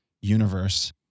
universe